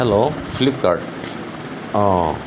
hello Flipkart অঁ